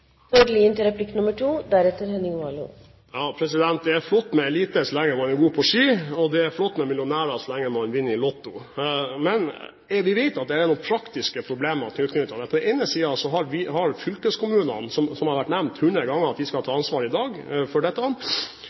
Det er flott med en elite så lenge man er god på ski, og det er flott med millionærer så lenge man vinner i Lotto. Men det vi vet, er at det er noen praktiske problemer knyttet til dette. På den ene siden har vi fylkeskommunene. Det har vært nevnt hundre ganger at de i dag skal ha ansvaret for dette,